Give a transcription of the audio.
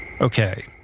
Okay